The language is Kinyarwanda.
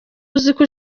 uziko